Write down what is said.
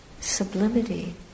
sublimity